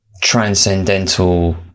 transcendental